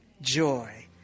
joy